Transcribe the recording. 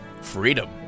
freedom